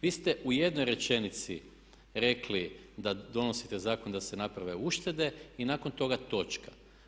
Vi ste u jednoj rečenici rekli da donosite zakon da se naprave uštede i nakon toga točka.